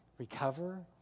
recover